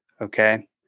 Okay